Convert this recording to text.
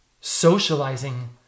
socializing